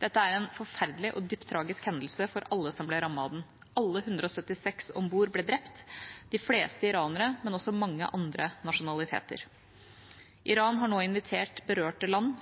Dette er en forferdelig og dypt tragisk hendelse for alle som ble rammet av den. Alle 176 om bord ble drept – de fleste iranere, men også mange andre nasjonaliteter. Iran har nå invitert berørte land